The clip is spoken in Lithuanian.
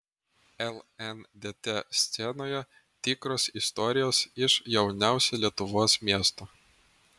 lndt scenoje tikros istorijos iš jauniausio lietuvos miesto